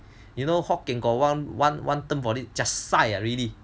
you know hokkien got one one one term for it jia sai lah really